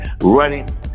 running